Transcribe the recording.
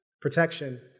protection